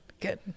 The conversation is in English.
good